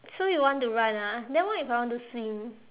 so you want to run ah then what if I want to swim